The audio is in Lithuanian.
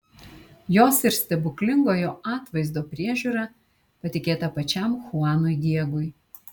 jos ir stebuklingojo atvaizdo priežiūra patikėta pačiam chuanui diegui